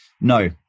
No